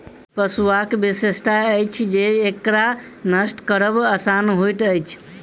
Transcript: पटुआक विशेषता अछि जे एकरा नष्ट करब आसान होइत अछि